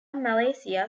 malaysia